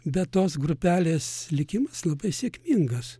bet tos grupelės likimas labai sėkmingas